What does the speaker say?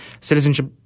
citizenship